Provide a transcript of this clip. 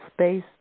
Space